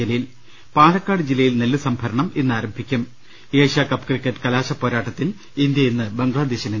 ജലീൽ പാലക്കാട് ജില്ലയിൽ നെല്ല് സംഭരണം ഇന്ന് ആരംഭിക്കും ഏഷ്യാകപ്പ് ക്രിക്കറ്റ് കലാശപോരാട്ടത്തിൽ ഇന്ത്യ ഇന്ന് ബംഗ്ലാദേശിനെ